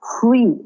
free